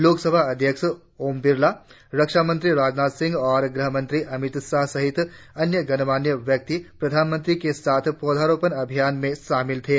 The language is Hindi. लोकसभा अध्यक्ष ओम बिरला रक्षामंत्री राजनाथ सिंह और गृह मंत्री अमित शाह सहित अन्य गणमान्य व्यक्ति प्रधानमंत्री के साथ पौधारोपण अभियान में शामिल हुए